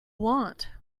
want